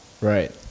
Right